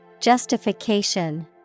Justification